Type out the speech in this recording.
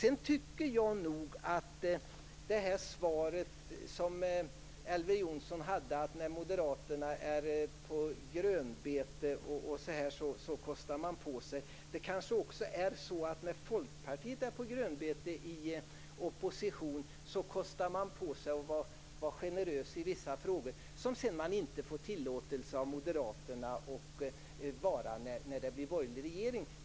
Elver Jonsson talade om vad Moderaterna kostar på sig när man är på grönbete. När Folkpartiet är på grönbete i opposition kostar man kanske på sig att vara generös i vissa frågor, något som man sedan inte får tillåtelse till av Moderaterna när det blir en borgerlig regering.